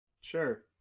Sure